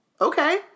Okay